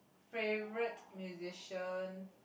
favourite musician